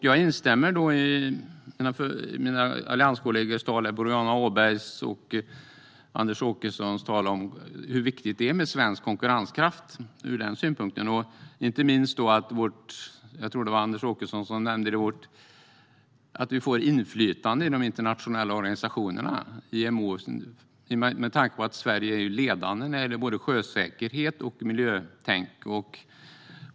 Jag instämmer i mina allianskollegor Boriana Åbergs och Anders Åkessons tal om hur viktigt det är med svensk konkurrenskraft ur den synpunkten, inte minst det som jag tror att Anders Åkesson nämnde: att vi får inflytande i de internationella organisationerna, som IMO, med tanke på att Sverige är ledande när det gäller både sjösäkerhet och miljötänk.